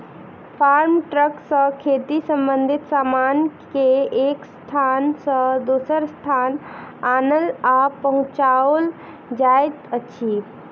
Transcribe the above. farm truck सॅ खेती संबंधित सामान के एक स्थान सॅ दोसर स्थान आनल आ पहुँचाओल जाइत अछि